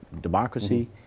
democracy